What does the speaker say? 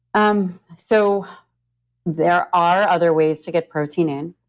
um so there are other ways to get protein in.